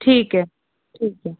ठीक है ठीक है